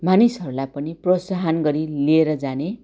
मानिसहरूलाई पनि प्रोत्साहन गरी लिएर जाने